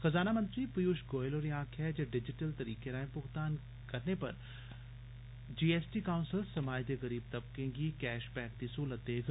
खजाना मंत्री पीयूश गोयल होरें आक्खेआ ऐ जे डिजिटल तरीकें राए भुगतान करने पर जीएसटी काउंसल समाज दे गरीब तबकें गी कैष बैक दी सहूलत देग